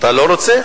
אתה לא רוצה?